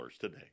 today